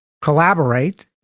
collaborate